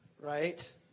right